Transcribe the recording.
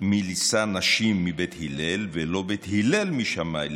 מלישא נשים מבית הלל, ולא בית הלל משמאי.